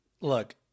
Look